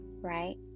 right